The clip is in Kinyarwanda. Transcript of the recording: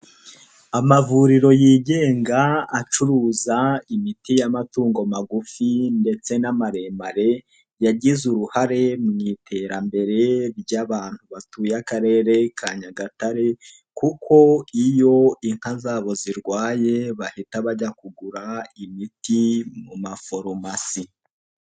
Amavuriro yigenga acuruza imiti y'amatungo magufi ndetse n'amaremare yagize uruhare mu iterambere ry'abantu batuye akarere ka Nyagatare kuko iyo inka zabo zirwaye bahita bajya kugura imiti mu mafarumasi.